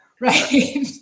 right